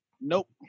Nope